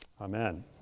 amen